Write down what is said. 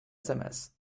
sms